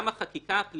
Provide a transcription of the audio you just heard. גם החקיקה הפלילית,